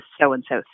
so-and-so